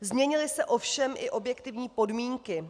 Změnily se ovšem i objektivní podmínky.